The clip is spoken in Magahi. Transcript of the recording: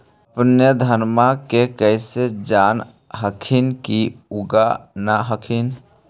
अपने धनमा के कैसे जान हखिन की उगा न हखिन?